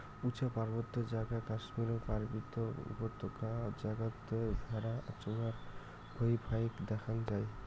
উচা পার্বত্য জাগা কাশ্মীর ও পার্বতী উপত্যকা জাগাত ভ্যাড়া চরার ভুঁই ফাইক দ্যাখ্যাং যাই